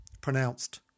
Pronounced